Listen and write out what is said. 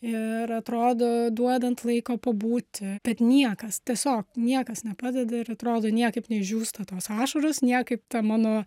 ir atrodo duodant laiko pabūti bet niekas tiesiog niekas nepadeda ir atrodo niekaip neišdžiūsta tos ašaros niekaip ta mano